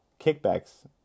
kickbacks